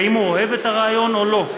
האם הוא אוהב את הרעיון או לא?